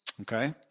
Okay